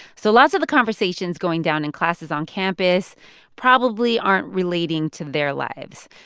so lots of the conversations going down in classes on campus probably aren't relating to their lives.